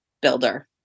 builder